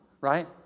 Right